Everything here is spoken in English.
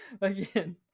again